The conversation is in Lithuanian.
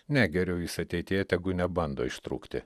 ne geriau jis ateityje tegu nebando ištrūkti